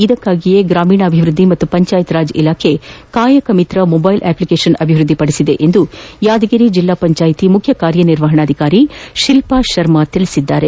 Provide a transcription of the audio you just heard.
ಇದಕ್ಕಾಗಿಯೇ ಗ್ರಾಮೀಣಾಭಿವೃದ್ದಿ ಹಾಗೂ ಪಂಚಾಯತ್ರಾಜ್ ಇಲಾಖೆ ಕಾಯಕ ಮಿತ್ರ ಎಂಬ ಮೊಬೈಲ್ ಅಪ್ಲಿಕೇಷನ್ ಅಭಿವ್ವದ್ದಿ ಪಡಿಸಿದೆ ಎಂದು ಯಾದಗಿರಿ ಜಿಲ್ನಾ ಪಂಚಾಯತ್ ಮುಖ್ಯ ಕಾರ್ಯನಿರ್ವಹಣಾಧಿಕಾರಿ ಶಿಲ್ಪಾ ಶರ್ಮಾ ಹೇಳಿದ್ದಾರೆ